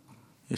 רוצה.